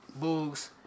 Boogs